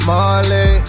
Marley